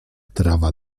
trawa